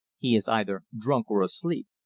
he is either drunk or asleep.